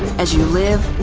as you live,